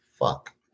fuck